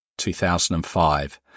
2005